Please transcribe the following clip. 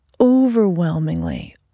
overwhelmingly